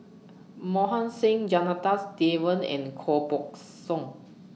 Mohan Singh Janadas Devan and Koh Buck Song